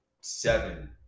seven